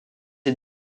est